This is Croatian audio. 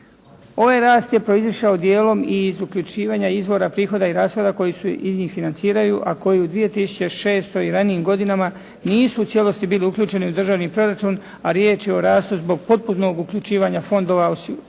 Ovaj rast je proizašao dijelom i iz uključivanja izvora prihoda i rashoda koje su iz njih financiraju, a koji u 2006. i ranijim godinama nisu u cijelosti bili uključeni u državni proračun, a riječ je o rastu zbog potpunog uključivanja fondova socijalnog